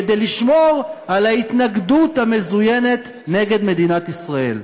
כדי לשמור על ההתנגדות המזוינת נגד מדינת ישראל?